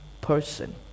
person